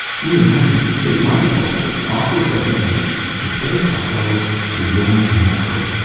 we imagine that it might be possible, after a certain age, to place ourselves beyond mockery.